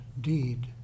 deed